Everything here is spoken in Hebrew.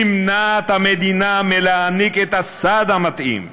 נמנעת המדינה מלהעניק את הסעד המתאים.